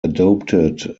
adopted